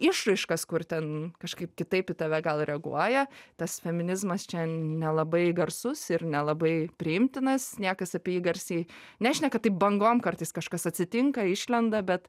išraiškas kur ten kažkaip kitaip į tave gal reaguoja tas feminizmas čia nelabai garsus ir nelabai priimtinas niekas apie jį garsiai nešneka taip bangom kartais kažkas atsitinka išlenda bet